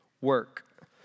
work